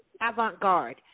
avant-garde